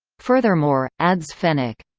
furthermore, adds fenech,